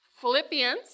Philippians